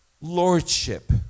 lordship